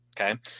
Okay